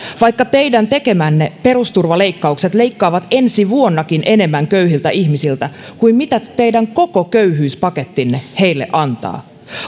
vaikka teidän tekemänne perusturvaleikkaukset leikkaavat ensi vuonnakin köyhiltä ihmisiltä enemmän kuin teidän koko köyhyyspakettinne heille antaa